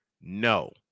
No